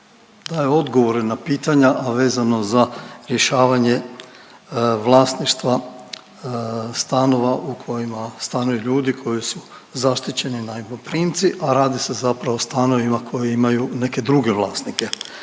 daje odgovore na pitanja, a vezano za rješavanje vlasništva stanova u kojima stanuju ljudi koji su zaštićeni najmoprimci, a radi se zapravo o stanovima koji imaju neke druge vlasnike.